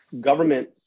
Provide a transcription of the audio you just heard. government